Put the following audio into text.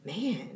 man